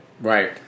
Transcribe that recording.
Right